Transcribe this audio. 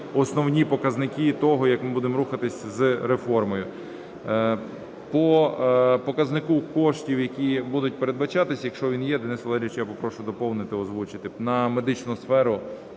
основні показники того, як ми будемо рухатись з реформою. По показнику коштів, які будуть передбачатися, якщо він є, Денис Валерійович, я попрошу доповнити, озвучити, на медичну сферу